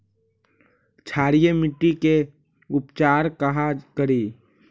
क्षारीय मिट्टी के उपचार कहा करी?